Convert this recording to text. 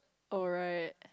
alright